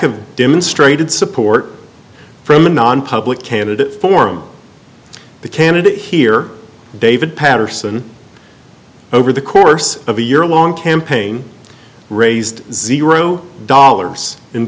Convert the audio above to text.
of demonstrated support from a nonpublic candidate form the candidate here david paterson over the course of a year long campaign raised zero dollars in